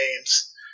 games